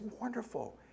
wonderful